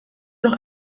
noch